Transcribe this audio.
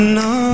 no